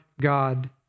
God